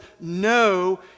no